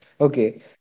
Okay